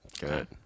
Good